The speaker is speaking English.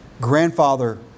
grandfather